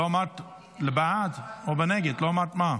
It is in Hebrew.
לא אמרת בעד או נגד, לא אמרת מה.